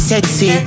sexy